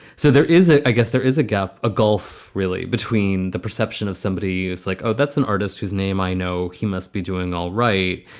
so there is it. i guess there is a gap, a gulf, really, between the perception of somebody is like, oh, that's an artist whose name i know he must be doing all right.